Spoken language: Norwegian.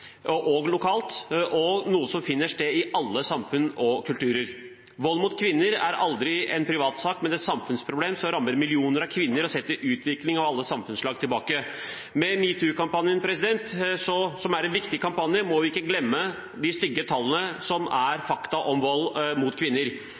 og lokalt, noe som finner sted i alle samfunn og kulturer. Vold mot kvinner er aldri en privatsak, men et samfunnsproblem som rammer millioner av kvinner og setter utvikling og alle samfunnslag tilbake. Med #metoo-kampanjen, som er en viktig kampanje, må vi ikke glemme de stygge tallene som